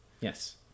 Yes